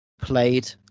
played